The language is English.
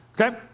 Okay